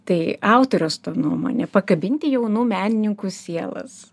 tai autoriaus nuomone pakabinti jaunų menininkų sielas